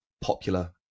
popular